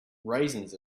raisins